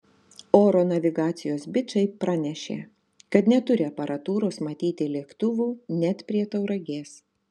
oro navigacijos bičai pranešė kad neturi aparatūros matyti lėktuvų net prie tauragės